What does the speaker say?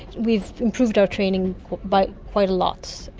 we've improved our training by quite a lot.